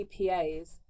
EPAs